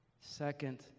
second